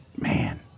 man